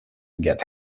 get